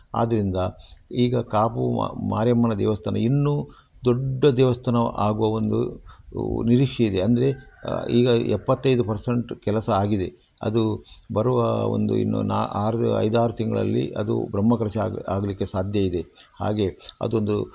ಆದ್ದರಿಂದ ಈಗ ಕಾಪು ಮಾರಿಯಮ್ಮನ ದೇವಸ್ಥಾನ ಇನ್ನೂ ದೊಡ್ಡ ದೇವಸ್ಥಾನ ಆಗುವ ಒಂದು ನಿರೀಕ್ಷೆ ಇದೆ ಅಂದರೆ ಈಗ ಎಪ್ಪತ್ತೈದು ಪರ್ಸಂಟ್ ಕೆಲಸ ಆಗಿದೆ ಅದು ಬರುವ ಒಂದು ಇನ್ನು ನಾ ಆರು ಐದಾರು ತಿಂಗಳಲ್ಲಿ ಅದು ಬ್ರಹ್ಮಕಲಶ ಆಗ್ ಆಗಲಿಕ್ಕೆ ಸಾಧ್ಯ ಇದೆ ಹಾಗೆ ಅದೊಂದು